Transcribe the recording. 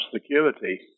security